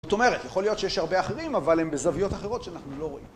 זאת אומרת, יכול להיות שיש הרבה אחרים, אבל הם בזוויות אחרות שאנחנו לא רואים.